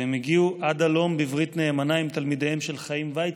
והם הגיעו עד הלום בתור ברית נאמנה עם תלמידיהם של חיים ויצמן,